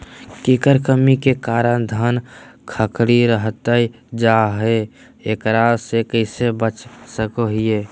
केकर कमी के कारण धान खखड़ी रहतई जा है, एकरा से कैसे बचा सको हियय?